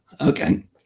Okay